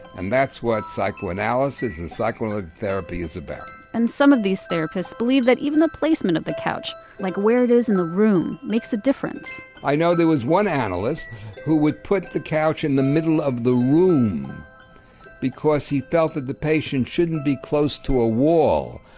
and that's what psychoanalysis and psychotherapy is about and some of these therapists believe that even the placement of the couch, like where it is in the room, makes a difference i know there was one analyst who would put the couch in the middle of the room because he felt that the patient shouldn't be close to a wall,